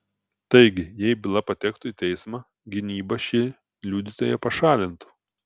taigi jei byla patektų į teismą gynyba šį liudytoją pašalintų